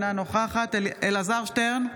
אינה נוכחת אלעזר שטרן,